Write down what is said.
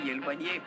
éloigné